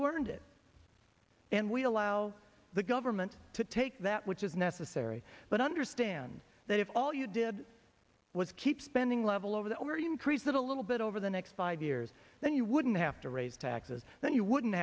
who learned it and we allow the government to take that which is necessary but understand that if all you did was keep spending level over the already increase it a little bit over the next five years then you wouldn't have to raise taxes then you wouldn't